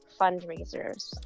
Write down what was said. fundraisers